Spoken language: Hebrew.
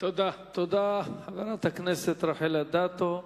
תודה לחברת הכנסת רחל אדטו.